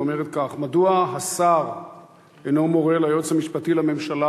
ואומרות כך: 1. מדוע השר אינו מורה ליועץ המשפטי לממשלה